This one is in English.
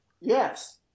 Yes